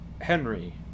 Henry